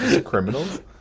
criminals